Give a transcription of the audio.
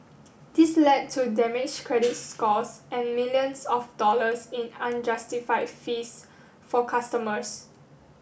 this led to damaged credit scores and millions of dollars in unjustified fees for customers